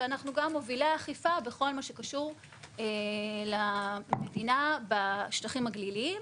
ואנחנו גם מובילי האכיפה בכל מה שקשור למדינה והשטחים הגליליים.